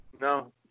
No